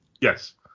Yes